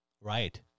Right